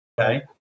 Okay